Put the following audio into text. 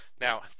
now